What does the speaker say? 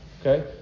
Okay